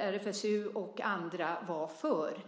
RFSU och andra var för.